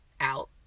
out